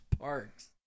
parks